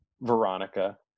veronica